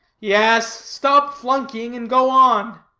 yes, stop flunkying and go on.